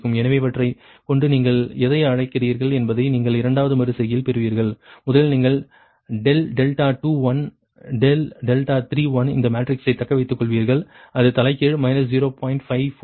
எனவே இவற்றைக் கொண்டு நீங்கள் எதை அழைக்கிறீர்கள் என்பதை நீங்கள் இரண்டாவது மறு செய்கையில் பெறுவீர்கள் முதலில் நீங்கள் ∆2 ∆3 இந்த மேட்ரிக்ஸைத் தக்கவைத்துக்கொள்வீர்கள் அது தலைகீழ் 0